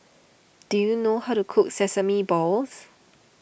do you know how to cook Sesame Balls